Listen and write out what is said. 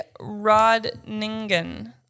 Rodningen